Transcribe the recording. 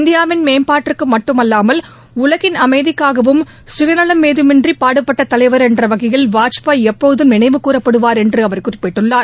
இந்தியாவின் மேம்பாட்டுக்கு மட்டுமல்லாமல் உலகின் அமைதிக்காகவும் சுயநலம் ஏதுமின்றி பாடுபட்ட தலைவா என்ற வகையில் வாஜ்பாய் எப்போதும் நினைவு கூறப்படுவார் என்று அவர் குறிப்பிட்டுள்ளார்